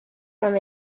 from